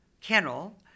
kennel